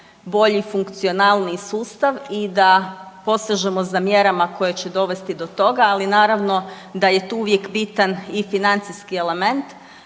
bolji, funkcionalniji sustav i da posežemo za mjerama koje će dovesti do toga, ali naravno da je i tu uvijek bitan i financijski element.